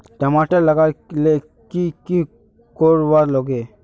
टमाटर लगा ले की की कोर वा लागे?